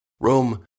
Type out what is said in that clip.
Rome